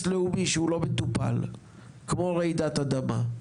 לאומי שהוא לא מטופל כמו רעידת אדמה.